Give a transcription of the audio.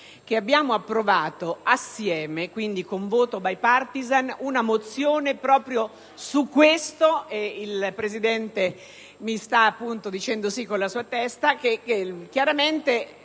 abbiamo approvato assieme, quindi con voto *bipartisan,* una mozione proprio su questo (il Presidente mi sta appunto dicendo di sì con la testa).